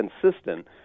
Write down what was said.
consistent